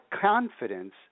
confidence